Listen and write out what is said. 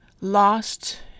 lost